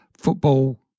football